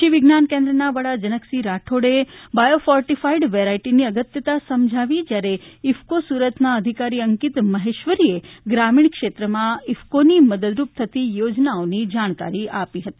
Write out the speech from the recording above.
કૃષિ વિજ્ઞાન કેન્દ્રના વડા જનકસિંહ રાઠોડે બાયોફોર્ટિફાઈડ વેરાયટીની અગત્યતા સમજાવી જ્યારે ઈફ્કો સુરતના અધિકારી અંકિત માહેશ્વરીએ ગ્રામીણ ક્ષેત્રમાં ઈફ્કોની મદદરૂપ થતી યોજનાઓ જાણકારી આપી હતી